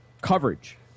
coverage